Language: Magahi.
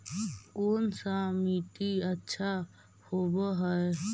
कोन सा मिट्टी अच्छा होबहय?